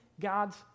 God's